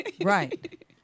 Right